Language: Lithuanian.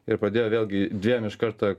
ir padėjo vėlgi dviem iš karto